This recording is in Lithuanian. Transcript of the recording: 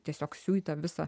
tiesiog siuitą visą